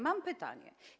Mam pytanie.